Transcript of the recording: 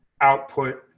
output